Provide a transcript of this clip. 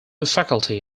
faculty